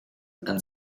and